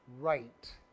right